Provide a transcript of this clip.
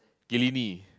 Killiney